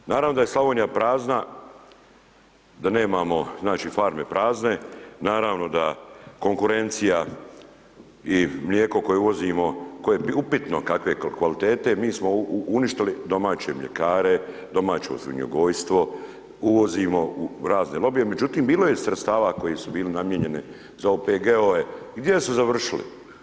Pa nije naravno, naravno da je Slavonija prazna, da nemamo znači farme prazne, naravno da konkurencija i mlijeko koje uvozimo, koje je upitno kakve kvalitete mi smo uništili domaće mljekare, domaće svinjogojstvo, uvozimo u razne lobije, međutim bilo je sredstava koji su bili namijenjeni za OPG-ove, gdje su završili?